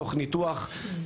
תוך ניתוח.